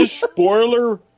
spoiler